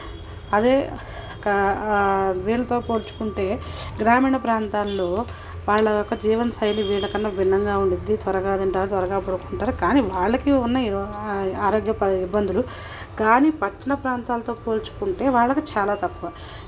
అదే కా వీళ్ళతో పోల్చుకుంటే గ్రామీణ ప్రాంతాల్లో వాళ్ళ యొక్క జీవన శైలి వీళ్ళ కన్నా భిన్నంగా ఉండుద్ది త్వరగా తింటారు త్వరగా పండుకుంటారు కానీ వాళ్ళకి ఉన్నాయి ఆరోగ్యప ఇబ్బందులు కానీ పట్టణ ప్రాంతాలతో పోల్చుకుంటే వాళ్ళకు చాలా తక్కువ